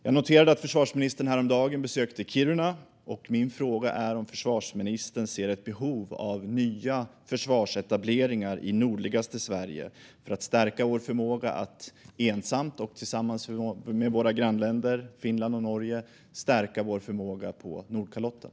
Jag noterade att försvarsministern häromdagen besökte Kiruna, och min fråga är om försvarsministern ser ett behov av nya försvarsetableringar i nordligaste Sverige för att stärka vår förmåga att ensamt och tillsammans med våra grannländer Finland och Norge stärka vår förmåga på Nordkalotten.